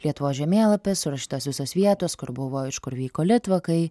lietuvos žemėlapis surašytos visos vietos kur buvo iš kur vyko litvakai